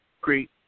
great